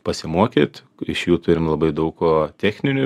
pasimokyt iš jų turim labai daug ko techninių